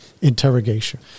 Interrogation